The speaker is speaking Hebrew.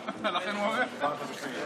כל אחד יתפוס את מקומו מחדש.